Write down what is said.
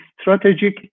strategic